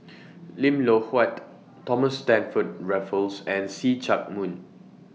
Lim Loh Huat Thomas Stamford Raffles and See Chak Mun